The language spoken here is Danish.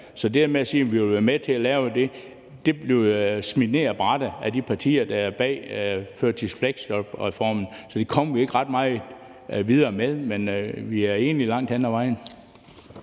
til det med at sige, om vi vil være med til at lave det, vil jeg sige, at det bliver hældt ned ad brættet af de partier, der står bag førtids- og fleksjobreformen. Så det kommer vi ikke ret meget videre med, men vi er enige langt hen ad vejen.